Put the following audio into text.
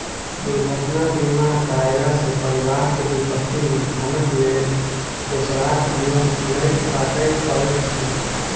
दुर्घटना बीमा करयला सॅ परिवार के विपत्ति मे धनक लेल दोसराक मुँह नै ताकय पड़ैत छै